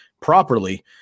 properly